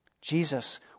Jesus